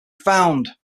found